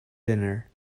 dinner